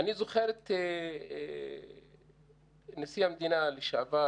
אני זוכר את נשיא המדינה לשעבר,